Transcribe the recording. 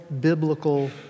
biblical